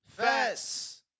Fats